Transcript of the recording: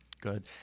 Good